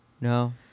No